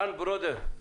רן ברודר.